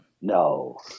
No